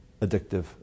addictive